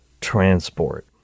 transport